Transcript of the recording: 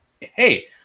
Hey